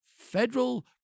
Federal